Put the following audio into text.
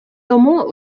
тому